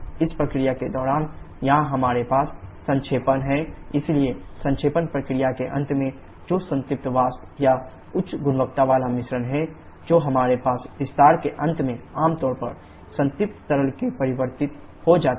इस प्रक्रिया के दौरान यहां हमारे पास संक्षेपण है इसलिए संक्षेपण प्रक्रिया के अंत में जो संतृप्त वाष्प या उच्च गुणवत्ता वाला मिश्रण है जो हमारे पास विस्तार के अंत में आम तौर पर संतृप्त तरल में परिवर्तित हो जाता है